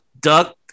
Duck